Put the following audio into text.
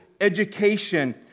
education